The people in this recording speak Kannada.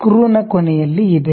ಸ್ಕ್ರೂನ ಕೊನೆಯಲ್ಲಿ ಇದೆ